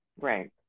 Right